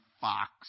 Fox